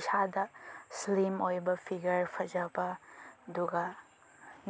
ꯏꯁꯥꯗ ꯏꯁꯂꯤꯝ ꯑꯣꯏꯕ ꯐꯤꯒꯔ ꯐꯖꯕ ꯑꯗꯨꯒ